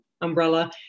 umbrella